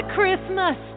Christmas